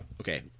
okay